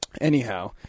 anyhow